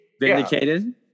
Vindicated